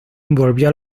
volvió